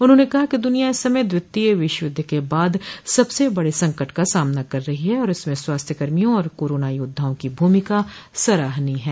उन्होंने कहा कि दुनिया इस समय द्वितीय विश्व युद्ध के बाद सबसे बड़े संकट का सामना कर रही है और इसमें स्वास्थ्यकर्मियों और कोरोना योद्धाओं की भूमिका सराहनीय है